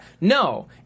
No